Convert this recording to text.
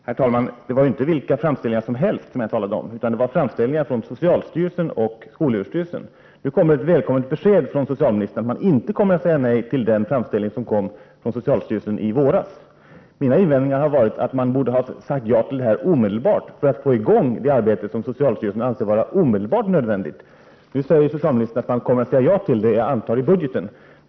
Herr talman! Det var inte vilka framställningar som helst som jag talade om, utan det var framställningar från socialstyrelsen och skolöverstyrelsen. Nu kommer det ett välkommet besked från socialministern om att regeringen inte kommer att säga nej till den framställning som kom från socialstyrelsen i våras. Min invändning har varit att regeringen borde ha sagt ja till den omedelbart för att det arbete som socialstyrelsen anser vara omedelbart nödvändigt sätts i gång. Socialministern säger att regeringen kommer att säga ja till framställningen — jag antar då att hon menar i budgetpropositionen.